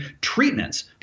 treatments